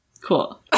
Cool